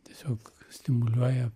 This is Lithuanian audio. tiesiog stimuliuoja